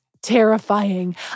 terrifying